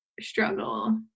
struggle